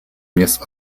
měst